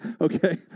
Okay